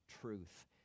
truth